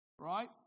Right